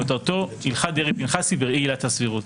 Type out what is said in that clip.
כותרתו: "הלכת דרעי-פנחסי בראי עילת הסבירות".